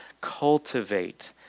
cultivate